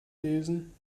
lesen